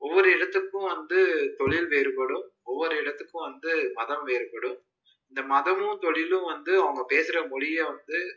ஒவ்வொரு இடத்துக்கும் வந்து தொழில் வேறுபடும் ஒவ்வொரு இடத்துக்கும் வந்து மதம் வேறுபடும் இந்த மதமும் தொழிலும் வந்து அவங்க பேசுகிற மொழியை வந்து